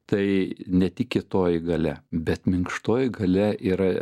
tai ne tik kietoji galia bet minkštoji galia yra